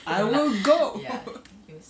I will go